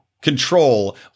control